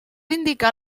indicar